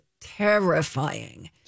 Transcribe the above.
terrifying